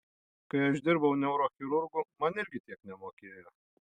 kai aš dirbau neurochirurgu man irgi tiek nemokėjo